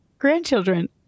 grandchildren